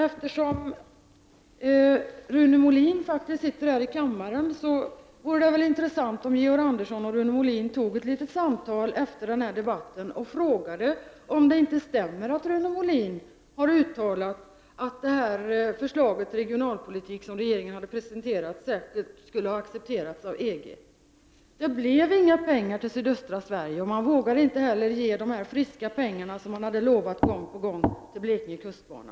Eftersom Rune Molin faktiskt sitter här i kammaren, vore det väl intressant om Georg Andersson och Rune Molin efter den här debatten tog ett litet samtal om huruvida det stämmer att Rune Molin uttalat att det förslag till regionalpolitik som regeringen har presenterat säkert skulle ha accepterats av EG. Det blev inga pengar till sydöstra Sverige, och man vågar inte heller ge dessa friska pengar, som man har lovat gång på gång, till Blekinge kustbana.